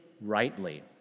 rightly